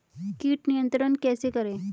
कीट नियंत्रण कैसे करें?